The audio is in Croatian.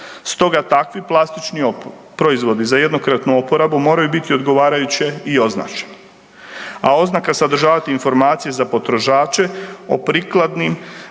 Stoga takvi plastični proizvodi za jednokratnu uporabu moraju biti odgovarajuće i označeni, a oznaka sadržavati informacije za potrošače o prikladnim